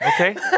Okay